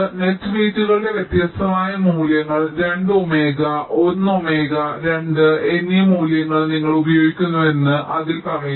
net വെയ്റ്റുകളുടെ വ്യത്യസ്തമായ മൂല്യങ്ങൾ 2 ഒമേഗ 1 ഒമേഗ 2 എന്നീ മൂല്യങ്ങൾ നിങ്ങൾ ഉപയോഗിക്കുന്നുവെന്ന് അതിൽ പറയുന്നു